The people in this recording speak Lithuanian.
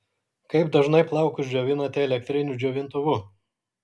kaip dažnai plaukus džiovinate elektriniu džiovintuvu